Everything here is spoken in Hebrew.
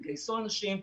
תגייסו אנשים,